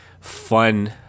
fun